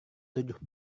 tujuh